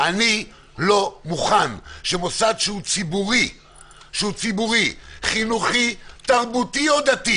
אני לא מוכן שמוסד ציבור חינוכי, תרבותי או דתי